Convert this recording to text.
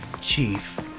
Chief